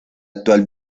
actual